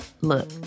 Look